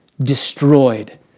destroyed